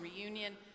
reunion